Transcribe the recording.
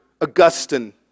Augustine